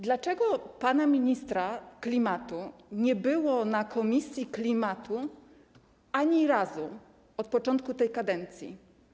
Dlaczego pana ministra klimatu nie było na posiedzeniu komisji klimatu ani razu od początku tej kadencji?